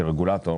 כרגולטור,